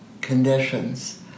conditions